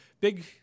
big